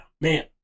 man